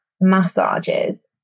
massages